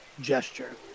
gesture